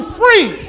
free